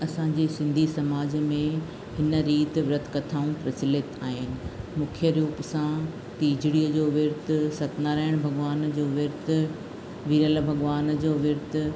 असांजे सिंधी समाज में हिन रीत विर्त कथाऊं प्रचलित आहिनि मुख्यु रूप सां टीजिड़ीअ जो विर्तु सतनारायण भॻवान जो विर्तु विरल भॻवान जो विर्तु